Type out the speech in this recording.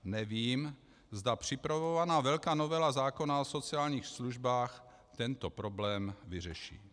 Nevím, zda připravovaná velká novela zákona o sociálních službách tento problém vyřeší.